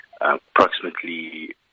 Approximately